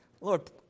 Lord